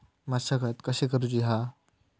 मशागत कशी करूची हा?